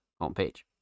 homepage